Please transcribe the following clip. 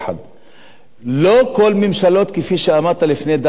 לא כל הממשלות, כפי שאמרת לפני דקה, כך הדבר.